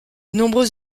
nombreux